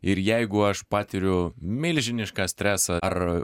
ir jeigu aš patiriu milžinišką stresą ar